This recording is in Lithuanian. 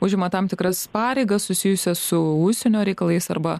užima tam tikras pareigas susijusias su užsienio reikalais arba